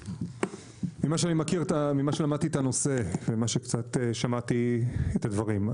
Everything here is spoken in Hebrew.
ממה שאני מכיר ומה שלמדתי את הנושא ומה שקצת שמעתי את הדברים,